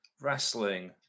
wrestling